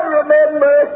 remember